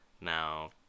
Now